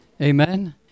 Amen